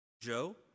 Joe